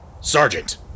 Sergeant